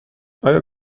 آیا